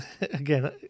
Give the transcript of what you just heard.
again